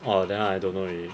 orh that one I don't know already